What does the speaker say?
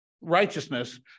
righteousness